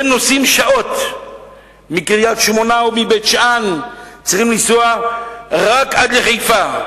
נוסעים שעות מקריית-שמונה ומבית-שאן רק עד לחיפה.